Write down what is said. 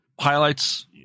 Highlights